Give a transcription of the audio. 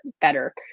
better